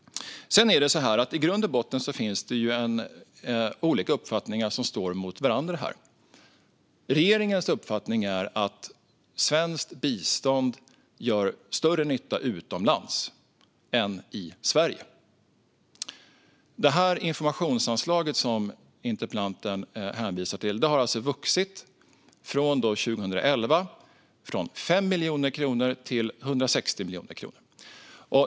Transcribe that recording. I grund och botten finns det olika uppfattningar som står mot varandra här. Regeringens uppfattning är att svenskt bistånd gör större nytta utomlands än i Sverige. Det informationsanslag som interpellanten hänvisar till har vuxit från 5 miljoner kronor 2011 till 160 miljoner kronor.